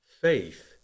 Faith